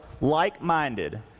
like-minded